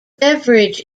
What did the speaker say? beverage